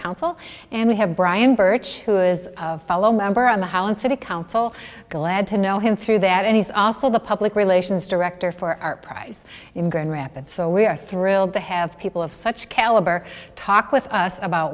council and we have brian birch who is a fellow member on the holland city council glad to know him through that and he's also the public relations director for our prize in grand rapids so we are thrilled to have people of such caliber talk with us about